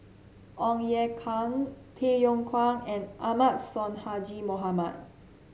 Ong Ye Kung Tay Yong Kwang and Ahmad Sonhadji Mohamad